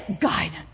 guidance